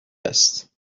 است